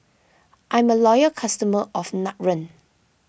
I'm a loyal customer of Nutren